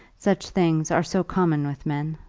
such things are so common with men!